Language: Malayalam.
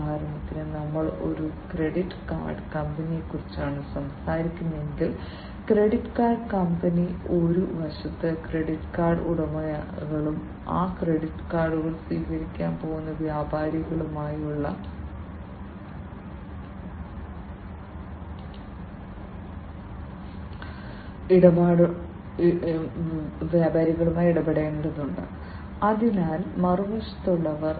ഉദാഹരണത്തിന് നമ്മൾ ഒരു ക്രെഡിറ്റ് കാർഡ് കമ്പനിയെക്കുറിച്ചാണ് സംസാരിക്കുന്നതെങ്കിൽ ക്രെഡിറ്റ് കാർഡ് കമ്പനി ഒരു വശത്ത് ക്രെഡിറ്റ് കാർഡ് ഉടമകളുമായും ആ ക്രെഡിറ്റ് കാർഡുകൾ സ്വീകരിക്കാൻ പോകുന്ന വ്യാപാരികളുമായും ഇടപെടേണ്ടതുണ്ട് അതിനാൽ മറുവശത്തുള്ളവർ